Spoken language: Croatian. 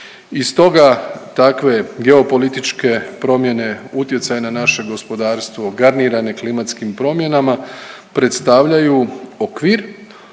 I stoga takve geopolitičke promjene, utjecaj na naše gospodarstvo garnirane klimatskim promjenama predstavljaju okvir